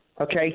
Okay